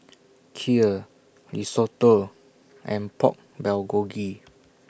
Kheer Risotto and Pork Bulgogi